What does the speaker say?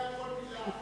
אני שומע כל מלה.